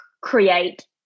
create